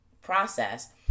process